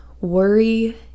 worry